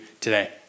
today